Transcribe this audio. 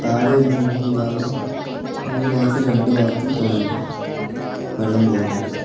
താഴെവരുന്ന മൂന്നു ഭാഗവും മൂന്നു ഭാഗത്തിൽ രണ്ടു ഭാഗത്തിൽ തുളയിടുക വെള്ളം പോകാന്വേണ്ടിയിട്ട്